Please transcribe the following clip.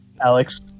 Alex